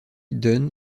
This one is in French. dunn